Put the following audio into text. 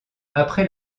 après